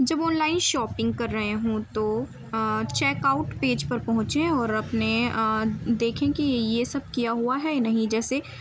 جب online shopping کر رہے ہوں تو چیک آؤٹ پیج پر پہنچیں اور اپنے دیکھیں کہ یہ سب کیا ہوا ہے نہیں جیسے